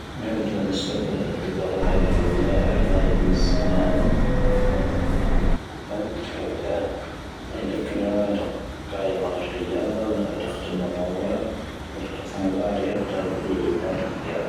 ʻⵔⴻⵜ ʻⵡⴻ ʻⵔⴻⵙⴻ ʻⴼⴻⵍⵇ ʻⴻⵜ ʻⴳⴰⴷⴻ ʻⵔⴻⵔⵉⵉ ʻⴰ ʻⵔⵍⴰʻⵉ ʻⴷⵏⴻ ʻⵙⵉⵎāⵏⴻ. ʻⵜⴻⴱ ʻⵉⴽⴰⵏ ʻⵜ'ⴻⵏⴳⴷⴻ ʻⴰⴷⴻ ʻⵇⴰⵏⴰⵡ ʻⴰⴷⴻ ʻⵇⴰⵉⵎ ʻⴰ ʻⵔⴻⵔⵉⵉ ʻⴰⴷⴻ ʻⴰⴷⴻ ʻⵇⵜⴻ ʻⵎⵡⵣⴰⵡⴻ ʻⵔⴻⵜ ʻⴰⵡⴰⵔ ʻⵉʻⵜⴻ ʻⴰⴷⴻ ʻⵉʻⵍⴻ ʻⵉʻⵍⴻ ʻⵉʻⵍⴻ ʻⴰⴱ.